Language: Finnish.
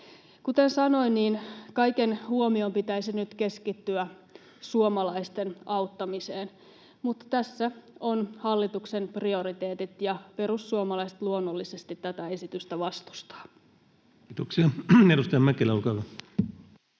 Kuten sanoin, kaiken huomion pitäisi nyt keskittyä suomalaisten auttamiseen, mutta tässä ovat hallituksen prioriteetit. Ja perussuomalaiset luonnollisesti tätä esitystä vastustavat. [Speech 136] Speaker: